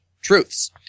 truths